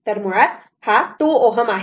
तर मुळात हा 2 Ω आहे